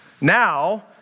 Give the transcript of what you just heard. Now